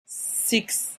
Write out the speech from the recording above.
six